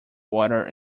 water